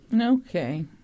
Okay